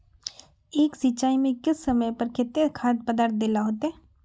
एक सिंचाई में किस समय पर केते खाद पदार्थ दे ला होते?